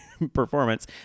Performance